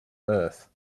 earth